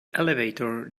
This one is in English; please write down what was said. elevator